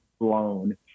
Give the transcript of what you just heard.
blown